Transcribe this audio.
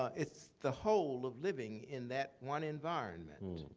it's the whole of living in that one environment.